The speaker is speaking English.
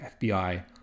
fbi